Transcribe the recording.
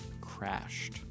crashed